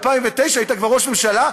ב-2009 היית כבר ראש ממשלה.